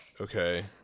Okay